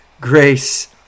grace